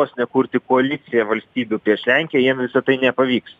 vos ne kurti koaliciją valstybių prieš lenkiją jiem visa tai nepavyks